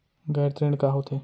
गैर ऋण का होथे?